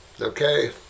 Okay